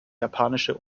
japanische